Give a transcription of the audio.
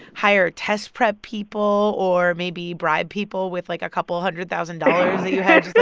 hire test prep people or maybe bribe people with, like, a couple hundred thousand dollars that you had just,